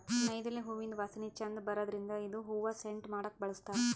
ನೈದಿಲೆ ಹೂವಿಂದ್ ವಾಸನಿ ಛಂದ್ ಬರದ್ರಿನ್ದ್ ಇದು ಹೂವಾ ಸೆಂಟ್ ಮಾಡಕ್ಕ್ ಬಳಸ್ತಾರ್